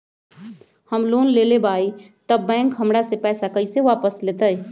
हम लोन लेलेबाई तब बैंक हमरा से पैसा कइसे वापिस लेतई?